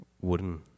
wooden